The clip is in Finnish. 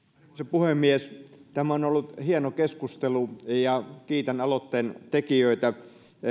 puhemies tämä on ollut hieno keskustelu ja kiitän aloitteentekijöitä